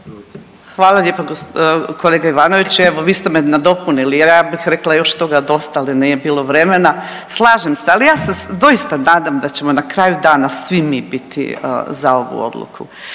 Hvala lijepo kolega Ivanović. Evo vi ste me nadopunili jer ja bih rekla još toga dosta, ali nije bilo vremena. Slažem se, ali ja se doista nadam da ćemo na kraju dana svi mi biti za ovu odluku